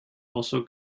also